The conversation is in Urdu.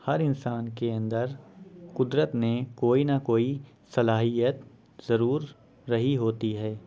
ہر انسان کے اندر قدرت نے کوئی نہ کوئی صلاحیت ضرور رہی ہوتی ہے